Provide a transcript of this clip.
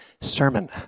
sermon